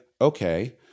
okay